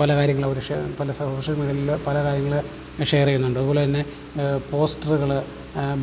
പല കാര്യങ്ങൾ അവിടെ പല സോഷ്യൽ മീഡിയകളിൽ പല കാര്യങ്ങൾ ഷെയർ ചെയ്യുന്നുണ്ട് അതുപോലെത്തന്നെ പോസ്റ്ററുകൾ